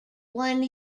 won